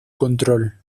control